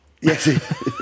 Yes